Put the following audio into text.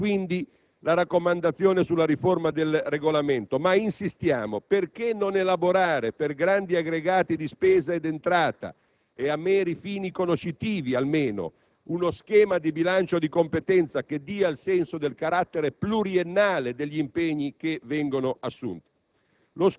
Bene, quindi, la raccomandazione sulla riforma del Regolamento, ma insistiamo: perché non elaborare, per grandi aggregati di spesa e di entrata e a meri fini conoscitivi almeno, uno schema di bilancio di competenza che dia il senso del carattere pluriennale degli impegni che vengono assunti?